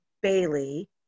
Bailey